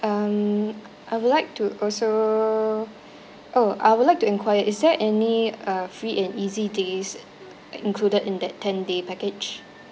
um I would like to also oh I would like to enquire is there any uh free and easy days included in that ten day package